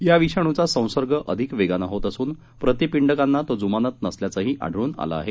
या विषाणूचा संसर्ग अधिक वेगानं होत असून प्रतिपिंडकांना तो जुमानत नसल्याचंही आढळून आलं आहे